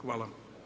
Hvala.